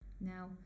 Now